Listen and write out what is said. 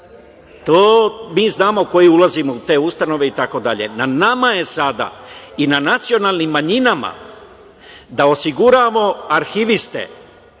To mi znamo koji ulazimo u te ustanove itd. Na nama je sada i na nacionalnim manjinama da osiguramo arhiviste